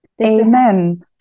Amen